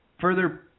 further